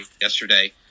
yesterday